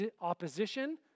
opposition